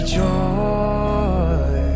joy